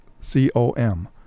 C-O-M